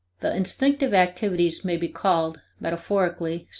the instinctive activities may be called, metaphorically,